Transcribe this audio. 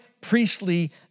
priestly